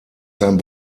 sein